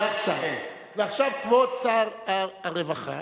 ועכשיו, כבוד שר הרווחה